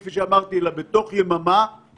הנתון שאמר דיכטר על כמות החולים שהגיעו